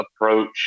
approach